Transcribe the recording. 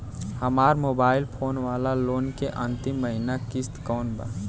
हमार mobile phone वाला loan के अंतिम महिना किश्त कौन बा?